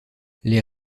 les